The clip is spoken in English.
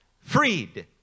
freed